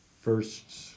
first